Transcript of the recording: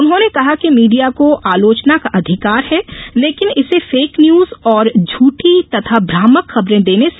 उन्होंने कहा कि मीडिया को आलोचना का अधिकार है लेकिन इसे फेक न्यूज़ और झूठी तथा भ्रामक खबरें देने से बचना चाहिए